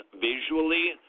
visually